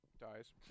Dies